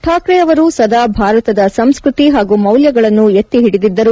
ಠಾಕ್ರೆ ಅವರು ಸದಾ ಭಾರತದ ಸಂಸ್ಕೃತಿ ಹಾಗೂ ಮೌಲ್ಯಗಳನ್ನು ಎತ್ತಿಹಿಡಿದಿದ್ದರು